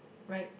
right